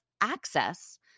access